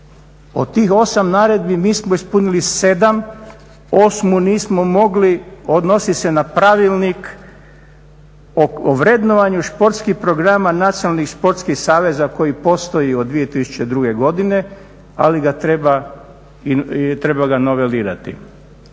Od tih 8 naredbi mi smo ispunili 7, 8. nismo mogli, odnosi se na Pravilnik o vrednovanju športskih programa Nacionalnih sportskih saveza koji postoji od 2002. godine, ali ga treba, treba